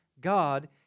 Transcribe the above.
God